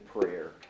prayer